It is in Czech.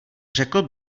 řekl